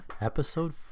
Episode